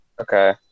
Okay